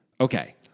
Okay